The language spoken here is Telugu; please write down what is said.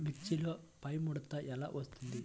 మిర్చిలో పైముడత ఎలా వస్తుంది?